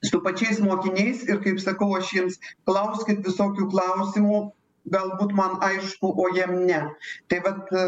su pačiais mokiniais ir kaip sakau aš jiems klauskit visokių klausimų galbūt man aišku o jiem ne tai vat